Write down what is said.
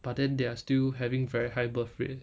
but then they are still having very high birth rate